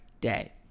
day